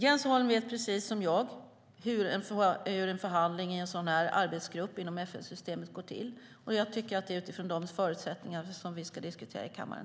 Jens Holm vet precis som jag hur en förhandling i en sådan här arbetsgrupp inom FN-systemet går till. Jag tycker att det är utifrån de förutsättningarna som vi ska diskutera i kammaren.